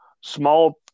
small